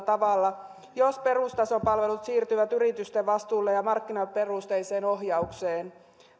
tavalla jos perustasopalvelut siirtyvät yritysten vastuulle ja markkinaperusteiseen ohjaukseen